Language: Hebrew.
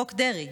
חוק דרעי,